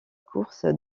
course